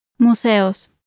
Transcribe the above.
museos